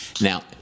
Now